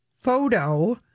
photo